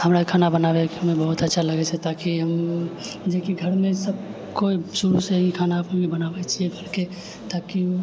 हमरा खाना बनाबैके समय बहुत अच्छा लागै छै ताकि हम जेकि घरमे सभ कोइ शुरुसँ ही खाना अपने बनाबै छियै घरके ताकि